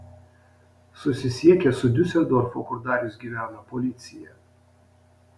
susisiekė su diuseldorfo kur darius gyvena policija